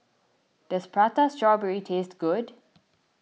does Prata Strawberry taste good